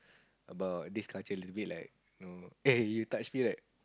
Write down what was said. about this culture a bit like you know eh touch me right